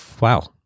Wow